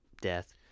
death